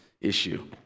issue